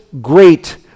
great